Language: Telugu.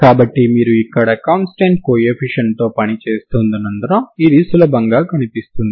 కాబట్టి మీరు ఇక్కడ కాన్స్టాంట్ కోఎఫిషియంట్ తో పని చేస్తున్నందున ఇది సులభంగా కనిపిస్తుంది